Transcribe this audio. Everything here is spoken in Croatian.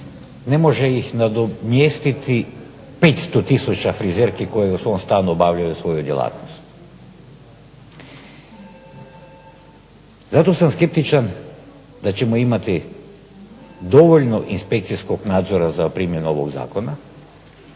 ne može ih nadomjestiti 500 tisuća frizerki koji u svom stanu obavljaju svoju djelatnost. Zato sam skeptičan da ćemo imati dovoljno inspekcijskog nadzora za primjenu ovog zakona,